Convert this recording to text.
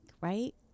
right